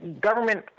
government